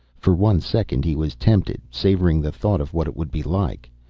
for one second he was tempted, savoring the thought of what it would be like.